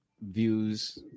views